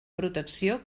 protecció